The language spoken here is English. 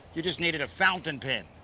you just needed a fountain pen.